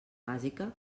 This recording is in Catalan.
bàsica